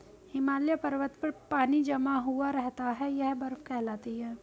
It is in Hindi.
हिमालय पर्वत पर पानी जमा हुआ रहता है यह बर्फ कहलाती है